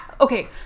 okay